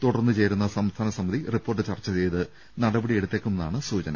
തുടർന്ന് ചേരുന്ന സംസ്ഥാന സമിതി റിപ്പോർട്ട് ചർച്ച ചെയ്ത് നടപടി എട്ടുത്തേക്കുമെന്നാണ് സൂചന